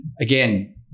again